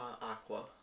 Aqua